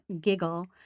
giggle